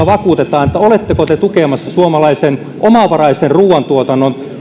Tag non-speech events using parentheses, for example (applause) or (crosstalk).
(unintelligible) vakuutetaan että te olette tukemassa suomalaisen omavaraisen ruuantuotannon